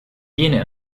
jene